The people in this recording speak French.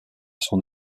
son